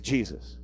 Jesus